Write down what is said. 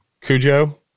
Cujo